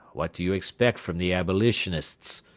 what do you expect from the abolitionists?